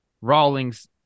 Rawlings